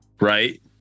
right